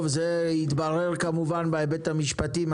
טוב, זה יתברר כמובן בהיבט המשפטי.